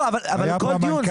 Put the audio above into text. לא, אבל כל דיון.